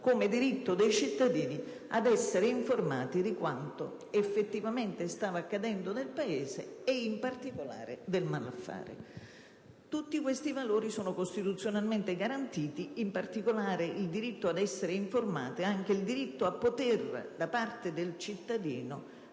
come diritto dei cittadini ad essere informati di quanto effettivamente accade nel Paese e in particolare del malaffare. Tutti questi valori sono costituzionalmente garantiti, in particolare il diritto da parte del cittadino